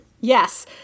Yes